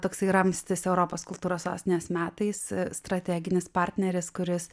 toksai ramstis europos kultūros sostinės metais strateginis partneris kuris